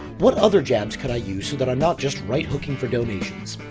what other jabs could i use so that i'm not just right hooking for donations?